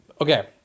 Okay